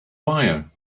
wire